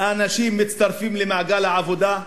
אנשים שמצטרפים למעגל העבודה?